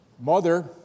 Mother